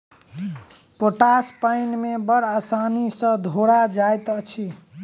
potash पाइन मे बड़ आसानी सॅ घोरा जाइत अछि